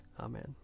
Amen